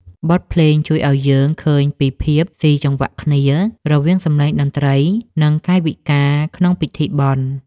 បទភ្លេងជួយឱ្យយើងឃើញពីភាពស៊ីចង្វាក់គ្នា រវាងសំឡេងតន្ត្រី និងកាយវិការក្នុងពិធីបុណ្យ។